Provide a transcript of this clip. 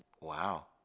wow